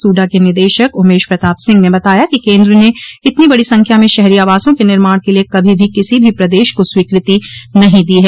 SUDA के निदेशक उमेश प्रताप सिंह ने बताया कि केन्द्र ने इतनी बड़ी संख्या में शहरी आवासों के निर्माण के लिए कभी भी किसी भी प्रदेश को स्वीकृति नहीं दी है